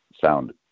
sound